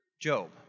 Job